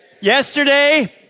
Yesterday